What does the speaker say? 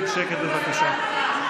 שלנו,